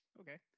Okay